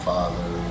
father